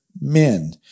men